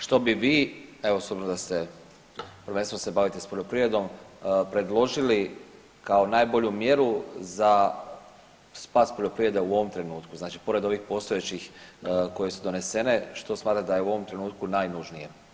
Što bi vi evo s obzirom da se prvenstveno bavite poljoprivredom predložili kao najbolju mjeru za spas poljoprivrede u ovom trenutku, znači pored ovih postojećih koje su donesene, što smatrate da je u ovom trenutku najnužnije?